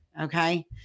Okay